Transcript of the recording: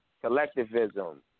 collectivism